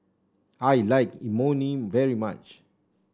I like Imoni very much